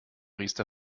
riester